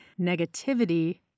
negativity